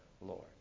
Lord